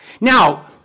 Now